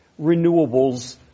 renewables